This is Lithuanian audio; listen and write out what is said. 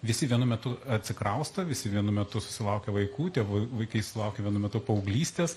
visi vienu metu atsikrausto visi vienu metu susilaukia vaikų tėvų vaikai sulaukia vienu metu paauglystės